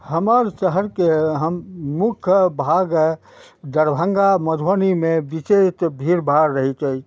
हमर शहरके हम मुख्य भाग दरभङ्गा मधुबनीमे विचैत भीड़भाड़ रहैत अछि